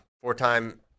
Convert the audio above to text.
four-time –